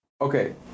Okay